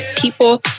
people